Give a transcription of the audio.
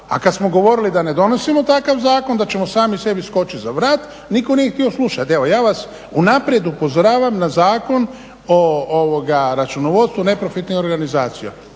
A kad smo govorili da ne donosimo takav zakon, da ćemo sami sebi skočiti za vrat nitko nije htio slušati. Evo ja vas unaprijed upozoravam na Zakon o računovodstvu neprofitnih organizacija.